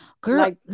girl